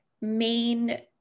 main